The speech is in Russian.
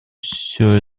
все